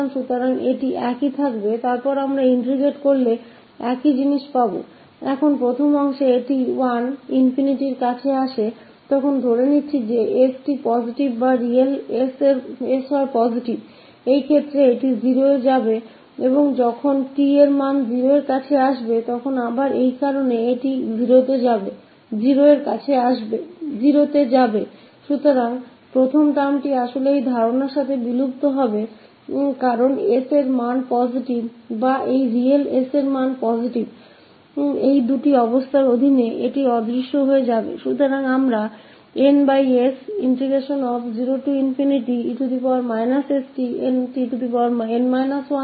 तो यह जैसा है वैसा ही रहेगा फिर इसका integration इसी तरह यहाँ भी आएगा तो अब पहले भाग में जब इसमें 𝑡 ∞ के पास जाते है तो यह सोचते हैं कि यह 𝑠 positive है या real 𝑠 positive है उस मामले में इस 0 के पास जाएगा और जब 𝑡 0 के पास जाएगा फिर से इसकी वजह से tn 0 के पास जाएगा तो करने के लिए पहले term वास्तव में इस धारणा के साथ गायब हो जाती है कि 𝑠 positive है या यह real 𝑠 positive है इन दो शर्तों के तहत गायब हो जाएगा